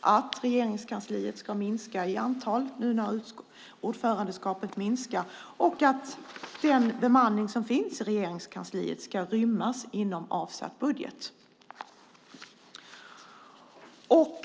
att Regeringskansliets personal ska minska i antal nu när ordförandeskapet är över och att den bemanning som finns i Regeringskansliet ska rymmas inom avsatt budget. Herr talman!